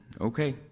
okay